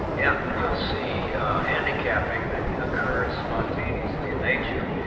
yeah. you'll see handicapping that occurs spontaneously in nature,